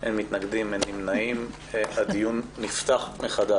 פה אחד הדיון נפתח מחדש.